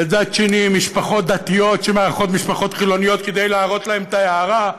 בצד שני משפחות דתיות שמארחות משפחות חילוניות כדי להראות להם את ההארה.